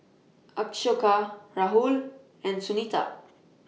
Ashoka Rahul and Sunita